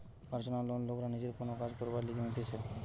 personal loan লোকরা নিজের কোন কাজ করবার লিগে নিতেছে